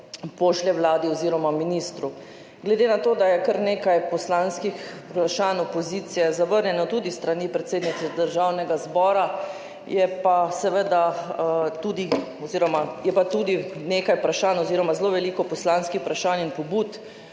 pošlje vladi oziroma ministru. Glede na to, da je kar nekaj poslanskih vprašanj opozicije zavrnjenih tudi s strani predsednice Državnega zbora, je pa seveda tudi nekaj vprašanj oziroma zelo veliko poslanskih vprašanj in pobud